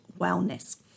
wellness